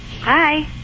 Hi